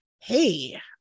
hey